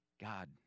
God